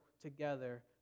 together